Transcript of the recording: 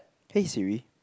hey Siri